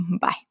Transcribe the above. Bye